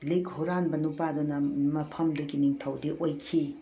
ꯂꯤꯛ ꯍꯨꯔꯥꯟꯕ ꯅꯨꯄꯥꯗꯨꯅ ꯃꯐꯝꯗꯨꯒꯤ ꯅꯤꯡꯊꯧꯗꯤ ꯑꯣꯏꯈꯤ